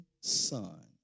Son